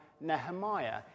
Nehemiah